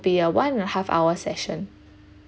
be a one and a half hour session